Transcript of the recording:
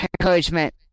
encouragement